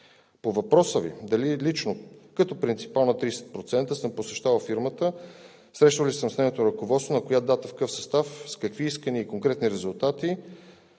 По въпроса Ви: дали лично, като принципал на 30%, съм посещавал фирмата, срещал ли съм се с нейното ръководство, на коя дата, в какъв състав, с какви искания и конкретни резултати,